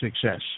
success